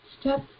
step